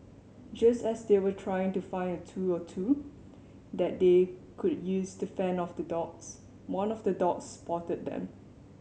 just as they were trying to find a tool or two that they could use to fend off the dogs one of the dogs spotted them